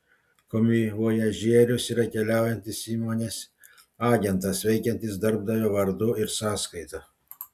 komivojažierius yra keliaujantis įmonės agentas veikiantis darbdavio vardu ir sąskaita